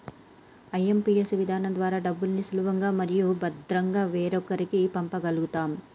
IMPS విధానం ద్వారా డబ్బుల్ని సులభంగా మరియు భద్రంగా వేరొకరికి పంప గల్గుతం